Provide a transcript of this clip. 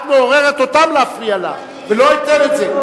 את מעוררת אותם להפריע לה, ולא אתן את זה.